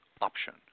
option